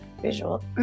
visual